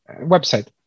website